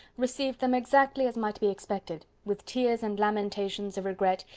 received them exactly as might be expected with tears and lamentations of regret,